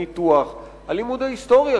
הניתוח הלימוד ההיסטורי,